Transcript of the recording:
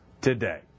today